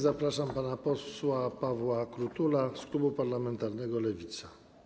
Zapraszam pana posła Pawła Krutula z klubu parlamentarnego Lewica.